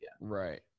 Right